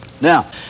Now